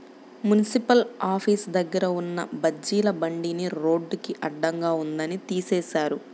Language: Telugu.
మున్సిపల్ ఆఫీసు దగ్గర ఉన్న బజ్జీల బండిని రోడ్డుకి అడ్డంగా ఉందని తీసేశారు